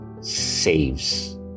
saves